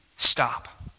stop